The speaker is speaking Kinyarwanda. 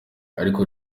ariko